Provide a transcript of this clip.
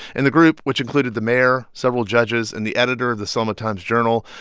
and the group, which included the mayor, several judges and the editor of the selma times-journal,